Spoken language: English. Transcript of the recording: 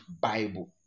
Bible